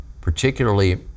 particularly